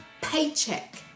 paycheck